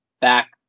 back